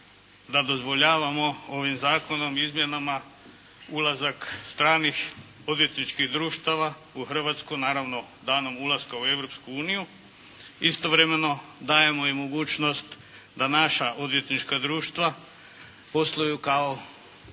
da dozvoljavamo ovim zakonom i izmjenama ulazak stranih odvjetničkih društava u Hrvatsku naravno danom ulaska u Europsku uniju istovremeno dajemo i mogućnost da naša odvjetnička društva posluju kao